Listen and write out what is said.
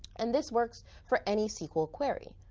and this works for any sql query.